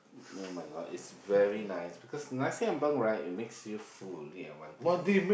[oh]-my-God is very nice because nasi-ambeng right it makes you full ya one thing you know